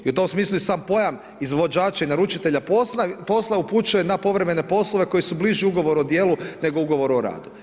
I u tom smislu i sam pojam izvođača i naručitelja posla upućuje na povremene poslove koji su bliži ugovoru o djelu nego ugovoru o radu.